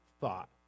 thought